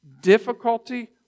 difficulty